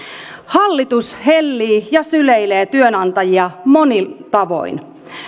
hallitus hellii ja syleilee työnantajia monin tavoin